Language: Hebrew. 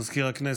מזכיר הכנסת,